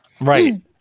Right